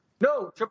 No